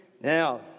Now